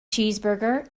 cheeseburger